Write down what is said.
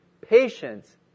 Patience